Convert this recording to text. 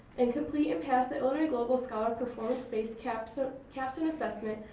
and complete and past the illinois global scholar performance-based capstone capstone assessment,